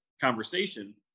conversation